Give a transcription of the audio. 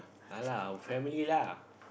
walao lah our family lah